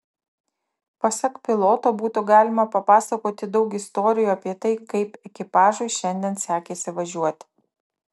pasak piloto būtų galima papasakoti daug istorijų apie tai kaip ekipažui šiandien sekėsi važiuoti